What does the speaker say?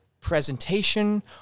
presentation